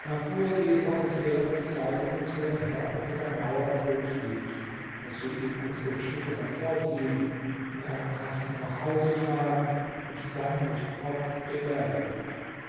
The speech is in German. vor uns her und zeige uns wo dein herr unter der maurer tot liegt daß wir ihn unter dem schutte hervorziehen in einem kasten nach hause tragen und dann mit pomp beerdigen